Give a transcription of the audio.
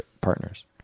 partners